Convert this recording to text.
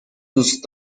دوست